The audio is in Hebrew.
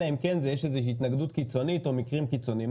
אלא אם כן יש התנגדות קיצונית או מקרים קיצוניים.